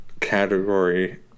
category